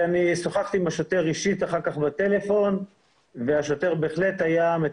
שוחחתי אחר כך אישית עם השוטר בטלפון,